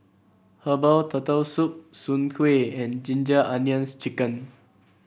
Herbal Turtle Soup Soon Kway and Ginger Onions chicken